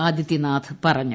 ആദിത്യനാഥ് പറഞ്ഞു